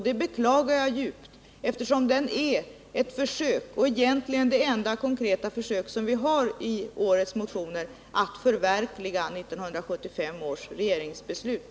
Det beklagar jag djupt, eftersom den är det egentligen enda konkreta försök som gjorts i årets motioner att förverkliga 1975 års riksdagsbeslut.